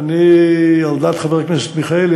על דעת חבר הכנסת מיכאלי,